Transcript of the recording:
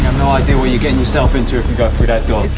no idea what you're getting yourself into if you go through that door.